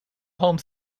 home